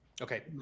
Okay